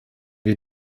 wir